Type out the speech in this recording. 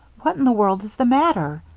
what in the world is the matter?